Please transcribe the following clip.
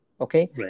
Okay